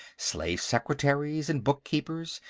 slave secretaries and bookkeepers,